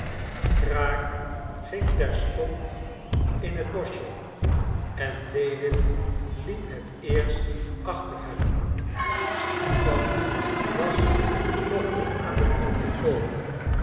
kraak ging terstond in het boschje en lewin liep het eerst achter hem stipan was nog niet aan den poel gekomen